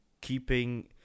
keeping